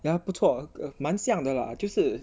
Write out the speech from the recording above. yeah 不错蛮像的 lah 就是